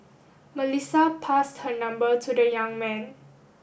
Melissa passed her number to the young man